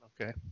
okay